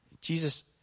Jesus